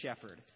shepherd